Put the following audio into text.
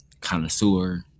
Connoisseur